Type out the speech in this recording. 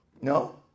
No